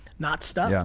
not stuff. yeah